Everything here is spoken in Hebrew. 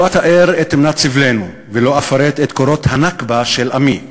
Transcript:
לא אתאר את מנת סבלנו ולא אפרט את קורות הנכבה של עמי,